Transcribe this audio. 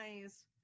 nice